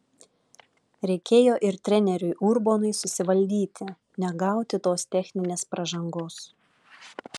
reikėjo ir treneriui urbonui susivaldyti negauti tos techninės pražangos